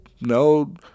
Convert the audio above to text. No